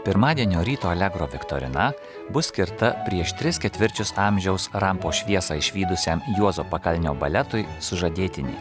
pirmadienio ryto allegro viktorina bus skirta prieš tris ketvirčius amžiaus rampos šviesą išvydusiam juozo pakalnio baletui sužadėtinė